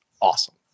awesome